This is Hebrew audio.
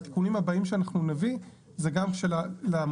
התיקונים הבאים שאנחנו נביא זה גם שלמועצה